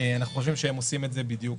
אנחנו חושבים שהם עושים את זה בדיוק.